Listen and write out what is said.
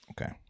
Okay